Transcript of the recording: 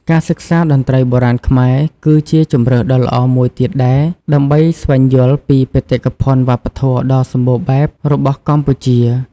ការសិក្សាតន្ត្រីបុរាណខ្មែរ គឺជាជម្រើសដ៏ល្អមួយទៀតដែរ ដើម្បីស្វែងយល់ពីបេតិកភណ្ឌវប្បធម៌ដ៏សម្បូរបែបរបស់កម្ពុជា។